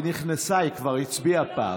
היא נכנסה, היא כבר הצביעה פעם.